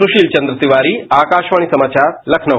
सुशील चंद्र तिवारी आकाशवाणी समाचार लखनऊ